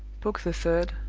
book the third.